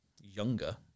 Younger